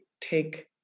take